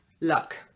luck